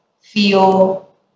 feel